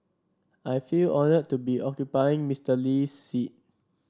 I feel honoured to be occupying Mister Lee's seat